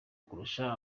kurusha